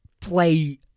play